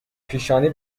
پیشانی